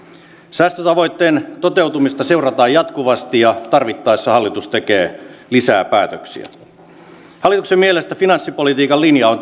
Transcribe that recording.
säästötavoitteen toteutumista seurataan jatkuvasti ja tarvittaessa hallitus tekee lisää päätöksiä hallituksen mielestä finanssipolitiikan linja on